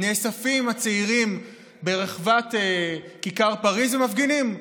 נאספים הצעירים ברחבת כיכר פריז ומפגינים.